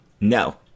No